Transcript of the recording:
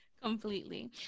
Completely